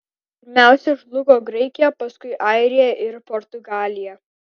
pirmiausia žlugo graikija paskui airija ir portugalija